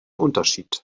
unterschied